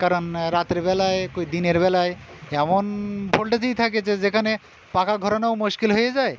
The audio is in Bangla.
কারণ রাত্রিবেলায় কি দিনের বেলায় এমন ভোল্টেজই থাকে যে যেখানে পাখা ঘোরানোও মুশকিল হয়ে যায়